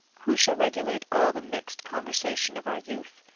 who shall regulate all the mixed conversation of our youth,